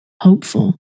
hopeful